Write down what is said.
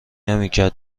نمیکرده